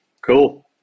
Cool